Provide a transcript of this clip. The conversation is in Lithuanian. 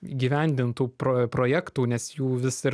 įgyvendintų pro projektų nes jų vis ir